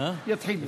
יתחיל.